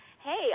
hey